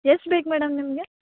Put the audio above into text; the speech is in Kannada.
ಎಷ್ಟು ಬೇಕು ಮೇಡಮ್ ನಿಮಗೆ